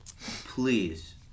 Please